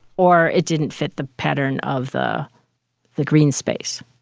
or it didn't fit the pattern of the the green space,